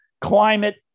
climate